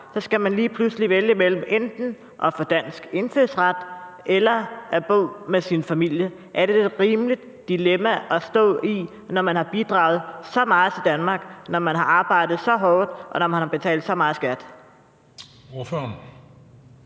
skal man lige pludselig vælge mellem enten at få dansk indfødsret eller at bo med sin familie. Er det et rimeligt dilemma at stå i, når man har bidraget så meget til Danmark, når man har arbejdet så hårdt, og når man har betalt så meget i skat?